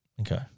Okay